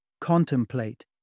contemplate